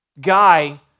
guy